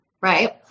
Right